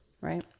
right